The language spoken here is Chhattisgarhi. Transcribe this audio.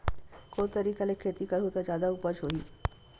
कोन तरीका ले खेती करहु त जादा उपज होही?